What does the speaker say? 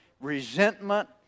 resentment